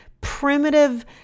primitive